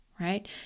Right